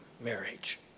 marriage